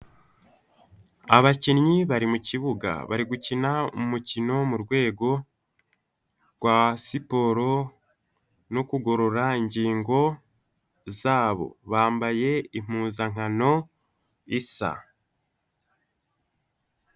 Abakinnyi bari mu kibuga, bari gukina umukino wo mu rwego, rwa siporo no kugorora ingingo zabo, bambaye impuzankano isa.